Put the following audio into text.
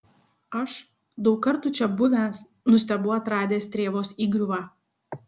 aš daug kartų čia buvęs nustebau atradęs strėvos įgriuvą